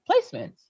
placements